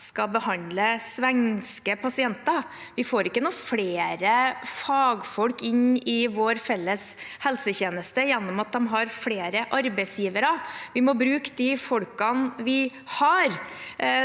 skal behandle svenske pasienter. Vi får ikke flere fagfolk inn i vår felles helsetjeneste gjennom at de har flere arbeidsgivere. Vi må bruke de folkene vi har.